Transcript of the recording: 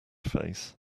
face